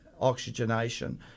oxygenation